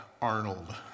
Arnold